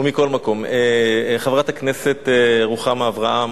ומכל מקום, חברת הכנסת רוחמה אברהם,